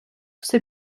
все